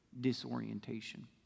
disorientation